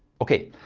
okay,